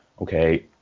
okay